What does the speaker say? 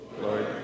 Lord